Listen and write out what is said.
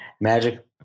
Magic